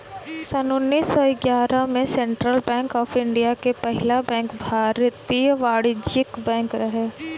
सन्न उन्नीस सौ ग्यारह में सेंट्रल बैंक ऑफ़ इंडिया के पहिला बैंक भारतीय वाणिज्यिक बैंक रहे